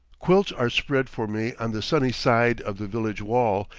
quilts are spread for me on the sunny side of the village wall,